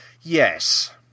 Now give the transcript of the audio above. Yes